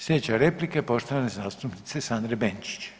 Sljedeća replika je poštovane zastupnice Sandre Benčić.